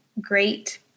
great